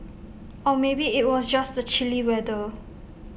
or maybe IT was just the chilly weather